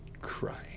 crying